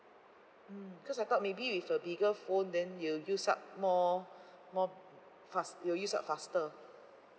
mm cause I thought maybe with a bigger phone then it will use up more more fast it will use up faster